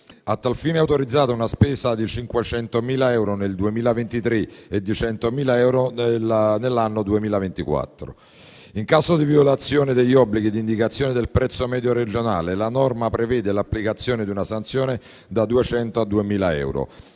A tal fine è autorizzata una spesa di 500.000 euro nel 2023 e di 100.000 euro nell'anno 2024. In caso di violazione degli obblighi di indicazione del prezzo medio regionale, la norma prevede l'applicazione di una sanzione da 200 a 2.000 euro.